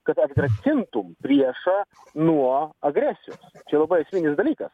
kad atgrasintum priešą nuo agresijos čia labai esminis dalykas